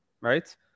right